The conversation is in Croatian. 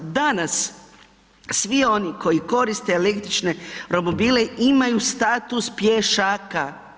Danas svi oni koji koriste električne romobile imaju status pješaka.